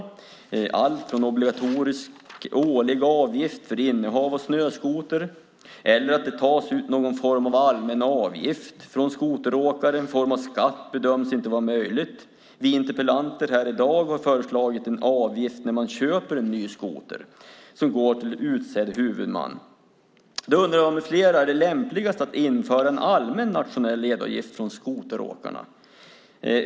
Det har varit allt från obligatorisk årlig avgift för innehav av snöskoter till att det tas ut någon form av allmän avgift från skoteråkare. En form av skatt har inte bedömts vara möjlig. Vi interpellanter här i dag har föreslagit en avgift när man köper en ny skoter som går till utsedd huvudman. Jag med flera undrar om det är lämpligast att införa en allmän nationell ledavgift för skoteråkarna.